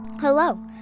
Hello